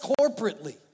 corporately